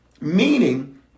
meaning